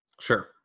Sure